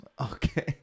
Okay